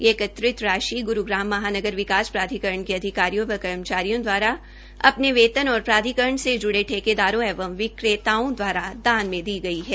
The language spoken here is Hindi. यह एकत्रित राशि गुरूग्राम महानगर विकास प्राधिकरण के अधिकारियों व कर्मचारियों द्वारा अपने वेतन और प्राधिकरण से जुड़े ठेकेदारों एवं विक्रेताओं द्वारा दान में दी गई है